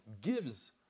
gives